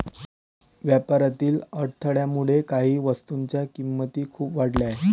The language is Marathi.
व्यापारातील अडथळ्यामुळे काही वस्तूंच्या किमती खूप वाढल्या आहेत